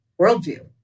worldview